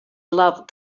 love